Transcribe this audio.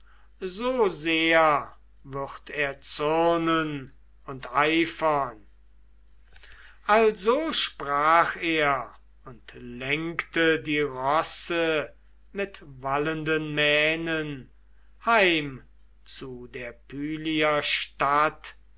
so sehr würd er zürnen und eifern also sprach er und lenkte die rosse mit wallenden mähnen heim zu der